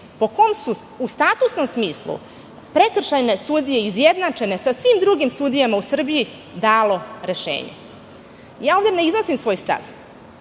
po kom su u statusnom smislu prekršajne sudije izjednačene sa svim drugim sudijama u Srbiji dalo rešenje? Ja ovde ne iznosim svoj stav,